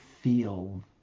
feel